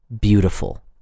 beautiful